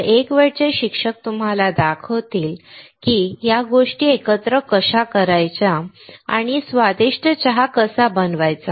तर एकवेळचे शिक्षक तुम्हाला दाखवतील की या गोष्टी एकत्र कशा करायच्या आणि एक स्वादिष्ट चहा कसा बनवायचा